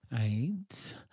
AIDS